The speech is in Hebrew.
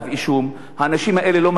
האנשים האלה לא מגיעים לבית-המשפט,